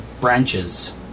branches